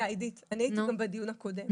עידית, אני הייתי גם בדיון הקודם.